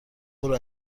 برو